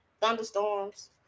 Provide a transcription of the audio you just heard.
thunderstorms